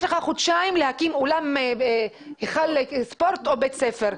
חודשיים להקים היכל ספורט או בית-ספר.